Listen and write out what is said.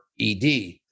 ED